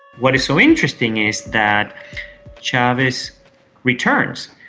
what is so interesting is that chavez returns.